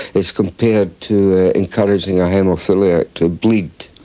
it's compared to encouraging a haemophiliac to bleed.